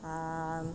um